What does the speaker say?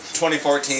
2014